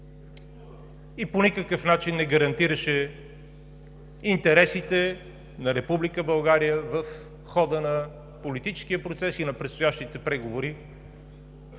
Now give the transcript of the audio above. и по никакъв начин не гарантираше интересите на Република България в хода на политическия процес и на предстоящите преговори